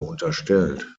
unterstellt